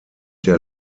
der